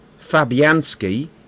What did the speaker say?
Fabianski